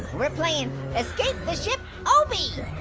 we're playing escape the ship obee,